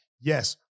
yes